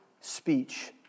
speech